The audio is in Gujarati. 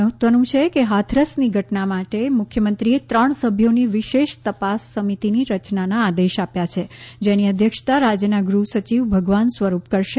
મહત્વનું છે કે હાથરસની ઘટના માટે મુખ્યમંત્રીએ ત્રણ સભ્યોની વિશેષ તપાસ સમિતિની રચનાના આદેશ આપ્યા છે જેની અધ્યક્ષતા રાજ્યના ગૃહસચિવ ભગવાન સ્વરૂપ કરશે